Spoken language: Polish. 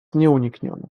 nieunikniona